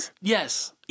Yes